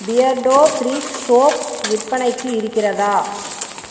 Beardo ப்ரீக் soap விற்பனைக்கு இருக்கிறதா